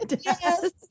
Yes